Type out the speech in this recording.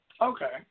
Okay